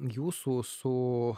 jūsų su